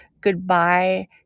goodbye